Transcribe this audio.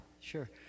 Sure